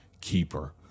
keeper